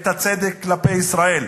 מהצדק כלפי ישראל,